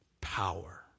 power